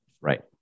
Right